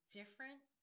different